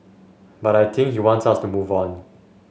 but I think he wants us to move on